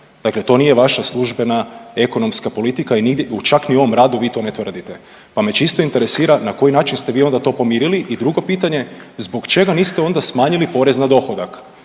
Dakle, to nije vaša službena ekonomska politika i čak ni u ovom radu vi to ne tvrdite. Pa me čisto interesira na koji način ste vi to pomirili i drugo pitanje zbog čega niste onda smanjili porez na dohodak